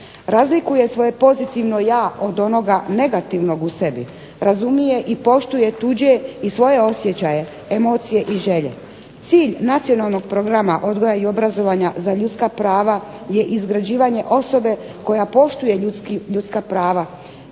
Razlikuje svoje pozitivno ja od onoga negativnog u sebi, razumije i poštuje tuđe i svoje osjećaje, emocije i želje. Cilj Nacionalnog programa, odgoja i obrazovanja za ljudska prava je izgrađivanje osobe koja poštuje ljudska prava,